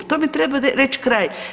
Tome treba reći kraj.